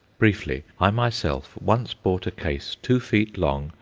briefly, i myself once bought a case two feet long,